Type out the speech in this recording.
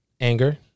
anger